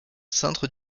centre